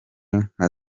nka